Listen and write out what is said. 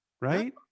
right